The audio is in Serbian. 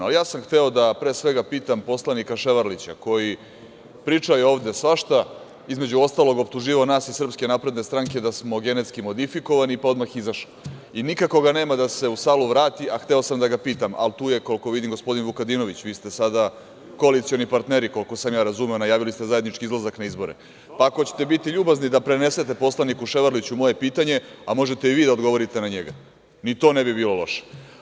Pre svega, ja sam hteo da pitam poslanika Ševarlića, koji priča ovde svašta, između ostalog, optuživao nas iz Srpske napredne stranke da smo genetski modifikovani, pa odmah izašao i nikako ga nema da se u salu vrati, a hteo sam da ga pitam, ali tu je, koliko vidim, gospodin Vukadinović, vi ste sada koalicioni partneri, koliko sam ja razumeo, najavili ste zajednički izlazak na izbore, pa ako ćete biti ljubazni da prenesete poslaniku Ševarliću moje pitanje, a možete i vi da odgovorite na njega, ni to ne bi bilo loše.